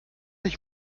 ich